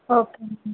okay